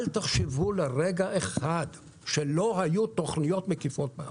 אל תחשבו לרגע אחד שלא היו תוכניות מקיפות בעבר.